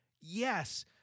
yes